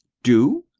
do?